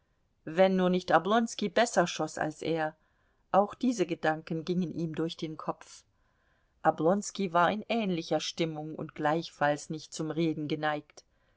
wenn nur nicht oblonski besser schoß als er auch diese gedanken gingen ihm durch den kopf oblonski war in ähnlicher stimmung und gleichfalls nicht zum reden geneigt